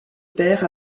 perd